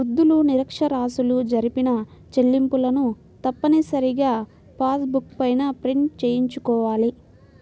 వృద్ధులు, నిరక్ష్యరాస్యులు జరిపిన చెల్లింపులను తప్పనిసరిగా పాస్ బుక్ పైన ప్రింట్ చేయించుకోవాలి